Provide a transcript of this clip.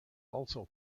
also